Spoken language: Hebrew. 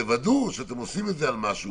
אנא תוודאו שאתם עושים את זה על משהו